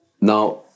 now